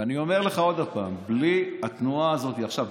ואני אומר לך עוד הפעם: בלי התנועה הזאת עכשיו,